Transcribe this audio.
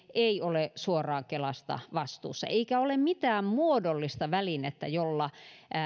ei ole suoraan kelasta vastuussa eikä ole mitään muodollista välinettä jolla